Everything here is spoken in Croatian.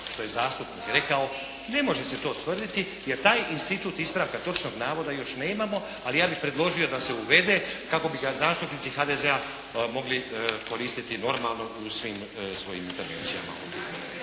što je zastupnik rekao. Ne može se to tvrditi, jer taj institut ispravka točnog navoda još nemamo. Ali ja bih predložio da se uvede kako bi ga zastupnici HDZ-a mogli koristiti normalno u svim svojim intervencijama.